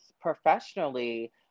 professionally